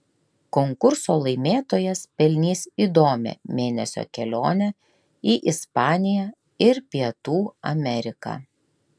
konkurso laimėtojas pelnys įdomią mėnesio kelionę į ispaniją ir pietų ameriką